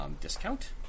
discount